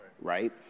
right